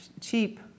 cheap